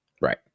right